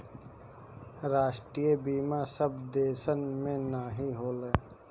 राष्ट्रीय बीमा सब देसन मे नाही होला